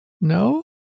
No